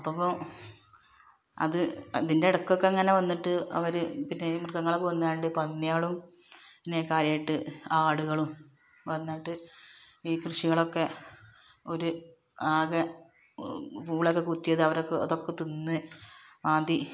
ഇപ്പോൾ അത് അതിൻ്റെടക്കൊക്കിങ്ങനെ വന്നിട്ട് അവർ പിന്നെയീ മൃഗങ്ങളെ കൊന്നു കൊണ്ട് പന്നികളും പിന്നെ കാര്യമായിട്ട് ആടുകളും വന്നിട്ട് ഈ കൃഷികളൊക്കെ ഒരു ആകെ പൂളൊക്കെ കുത്തിയത് അവർ അതൊക്കെ തിന്നു മാന്തി